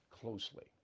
closely